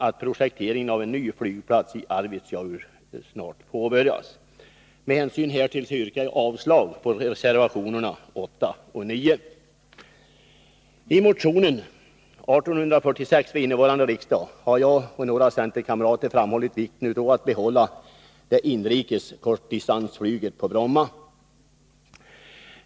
I motion 1981/82:1846 har jag jämte några centerpartister framhållit vikten av bibehållandet av det inrikes kortdistansflyget på Bromma.